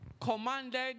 commanded